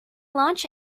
launch